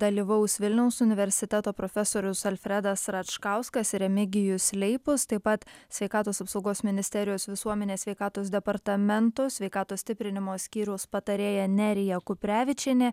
dalyvaus vilniaus universiteto profesorius alfredas račkauskas ir remigijus leipus taip pat sveikatos apsaugos ministerijos visuomenės sveikatos departamento sveikatos stiprinimo skyriaus patarėja nerija kuprevičienė